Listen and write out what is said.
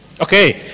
Okay